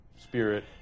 spirit